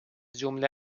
جمله